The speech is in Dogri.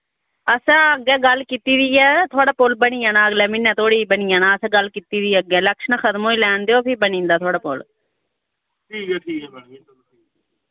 असैं अग्गै गल्ल कीती दी ऐ थुआढ़ा पुल बनी जाना अगलै म्हीनै धोड़ी बनी जाना असै गल्ल कीती दी ऐ अग्गै लैक्शनां खत्म होई लैन देओ फ्ही बनी जंदा थुआढ़ा पुल